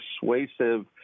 persuasive